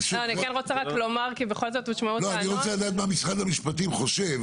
אני רוצה לדעת מה משרד המשפטים חושב